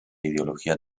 ideología